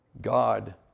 God